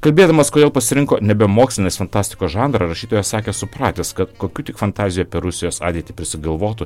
kalbėdamas kodėl pasirinko nebe mokslinės fantastikos žanrą rašytojas sakė supratęs kad kokių tik fantazijų apie rusijos ateitį prisigalvotų